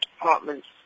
departments